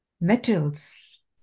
metals